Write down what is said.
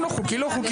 אם לא חוקי לא חוקי.